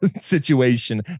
situation